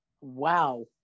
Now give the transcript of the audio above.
Wow